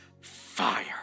fire